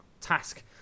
task